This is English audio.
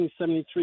1973